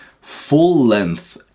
full-length